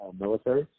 military